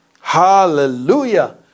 Hallelujah